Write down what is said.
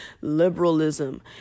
liberalism